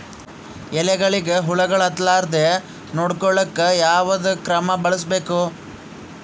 ಎಲೆಗಳಿಗ ಹುಳಾಗಳು ಹತಲಾರದೆ ನೊಡಕೊಳುಕ ಯಾವದ ಕ್ರಮ ಬಳಸಬೇಕು?